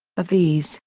of these,